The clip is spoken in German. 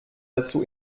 dazu